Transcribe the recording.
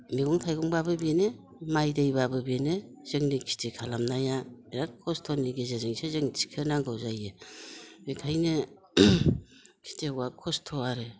मैगं थाइगंब्लाबो बेनो माइ दैब्लाबो बेनो जोंनि खिथि खालामनाया बिराद खस्थ'नि गेजेरजोंसो जों थिखोनांगौ जायो बेखायनो खिथियकआ खस्थ' आरो